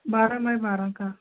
बारह बाई बारह का